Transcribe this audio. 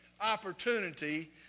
opportunity